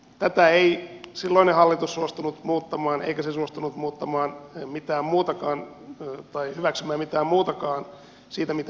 tätä ei silloinen hallitus suostunut muuttamaan eikä se suostunut hyväksymään mitään muutakaan siitä mitä me esitimme